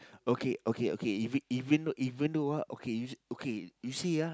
okay okay okay even even even though ah okay okay you see ah